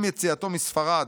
עם יציאתו מספרד,